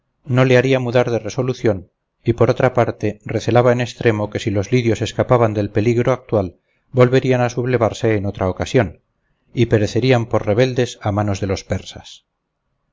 no le haría mudar de resolución y por otra parte recelaba en extremo que si los lidios escapaban del peligro actual volverían a sublevarse en otra ocasión y perecerían por rebeldes a manos de los persas